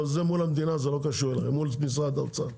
אבל זה מול המדינה, זה לא קשור, מול משרד האוצר.